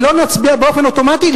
ולא נצביע באופן אוטומטי,